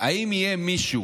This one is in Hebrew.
האם יהיה מישהו